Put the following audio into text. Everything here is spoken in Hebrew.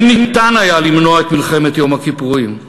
האם ניתן היה למנוע את מלחמת יום הכיפורים?